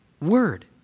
word